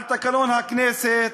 על תקנון הכנסת.